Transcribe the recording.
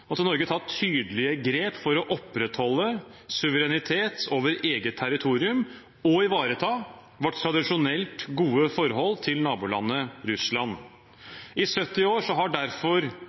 måtte Norge ta tydelige grep for å opprettholde suverenitet over eget territorium og ivareta sitt tradisjonelt gode forhold til nabolandet Russland. I 70 år har derfor